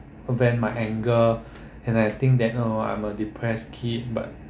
vent my anger and I think that oh I'm a depressed kid but